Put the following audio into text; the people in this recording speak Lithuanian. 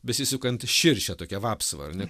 besisukant širšę tokią vapsvą ar ne